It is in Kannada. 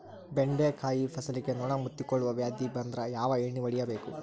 ಬೆಂಡೆಕಾಯ ಫಸಲಿಗೆ ನೊಣ ಮುತ್ತಿಕೊಳ್ಳುವ ವ್ಯಾಧಿ ಬಂದ್ರ ಯಾವ ಎಣ್ಣಿ ಹೊಡಿಯಬೇಕು?